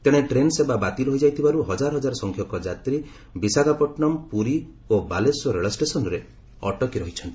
ତେଣେ ଟ୍ରେନ୍ ସେବା ବାତିଲ ହୋଇଯାଇଥିବାରୁ ହଜାର ସଂଖ୍ୟକ ଯାତ୍ରୀ ବିଶାଖାପଟନମ୍ ପୁରୀ ଓ ବାଲେଶ୍ୱର ରେଳ ଷ୍ଟେସନ୍ରେ ଅଟକି ରହିଛନ୍ତି